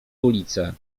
ulice